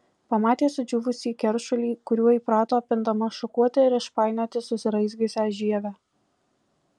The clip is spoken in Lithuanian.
pamatė sudžiūvusį keršulį kuriuo įprato pindama šukuoti ir išpainioti susiraizgiusią žievę